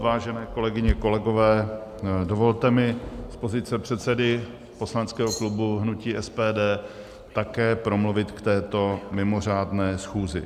Vážené kolegyně, kolegové, dovolte mi z pozice předsedy poslaneckého klubu hnutí SPD také promluvit k této mimořádné schůzi.